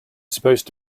supposed